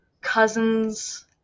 cousins